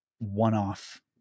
one-off